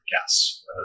gas